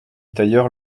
tailleur